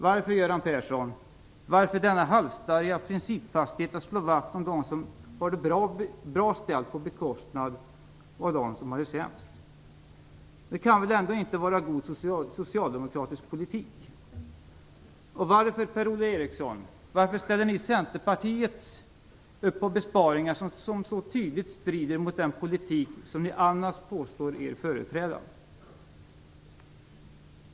Varför, Göran Persson, denna halsstarriga principfasthet att slå vakt om dem som har det bra ställt på bekostnad av dem som har det sämst? Det kan väl ändå inte vara god socialdemokratisk politik? Och varför, Per-Ola Eriksson, ställer ni i Centerpartiet upp på besparingar som så tydligt strider mot den politik som ni annars påstår er företräda?